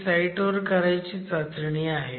ही site वर करायची चाचणी आहे